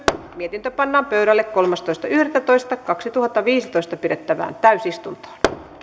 mietintö pannaan pöydälle kolmastoista yhdettätoista kaksituhattaviisitoista pidettävään täysistuntoon